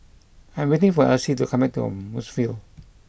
I'm waiting for Elyse to come back to Woodsville